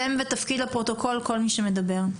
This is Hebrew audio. שם ותפקיד לפרוטוקול כל מי שמדבר.